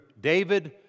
David